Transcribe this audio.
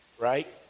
right